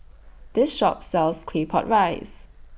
This Shop sells Claypot Rice